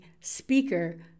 speaker